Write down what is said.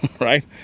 right